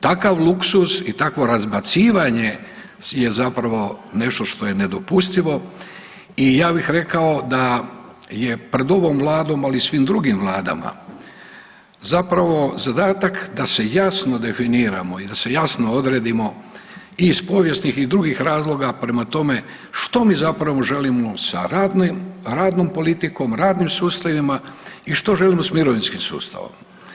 Takav luksuz i takvo razbacivanje je zapravo nešto što je dopustivo i ja bih rekao da je pred ovom vladom, ali i svim drugim vladama zapravo zadatak da se jasno definiramo i da se jasno odredimo iz povijesnih i drugih razloga prema tome što mi zapravo želimo sa radnom politikom, radnim sustavima i što želimo s mirovinskim sustavom.